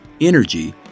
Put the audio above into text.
energy